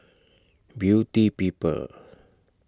Beauty People